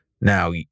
Now